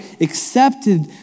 accepted